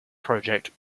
project